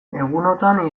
egunotan